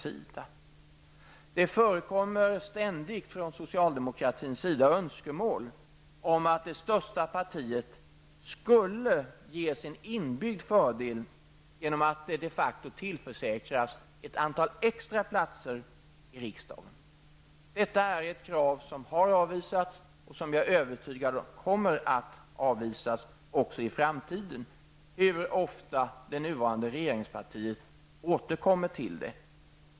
Det förekommer ständigt från socialdemokratins sida önskemål om att det största partiet skulle ges en inbyggd fördel genom att de facto tillförsäkras ett antal extra platser i riksdagen. Detta krav har avvisats, och jag är övertygad om att det kommer att avvisas också i framtiden, hur ofta det nuvarande regeringspartiet än återkommer till det.